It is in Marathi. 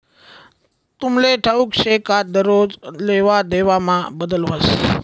तुमले ठाऊक शे का दरोज लेवादेवामा बदल व्हस